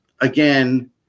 again